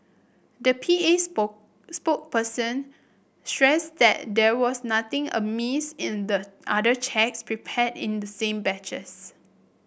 the P A spoke spokesperson stressed that there was nothing amiss in the other cheques prepared in the same batches